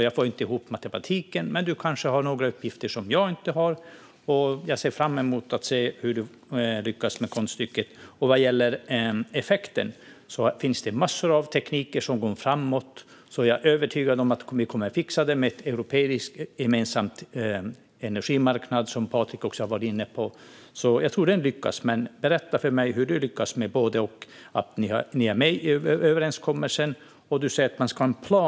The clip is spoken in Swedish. Jag får inte ihop matematiken, men du kanske har några uppgifter som jag inte har. Jag ser fram emot hur du ska lyckas med konststycket. Vad gäller effekten finns det massor av tekniker som går framåt, så jag är övertygad om att vi kommer att fixa detta med en europeisk gemensam energimarknad. Patrik var också inne på detta, och jag tror att detta lyckas. Men berätta för mig hur du ska lyckas med både och! Ni är med i överenskommelsen, och du säger att man ska en plan.